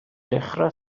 dechrau